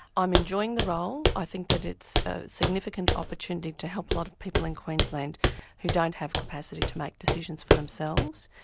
i'm enjoying the role i think that it's a significant opportunity to help a lot of people in queensland who don't have capacity to make decisions for themselves.